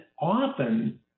often